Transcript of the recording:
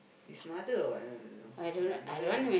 his mother or what i also don't know mother